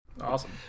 Awesome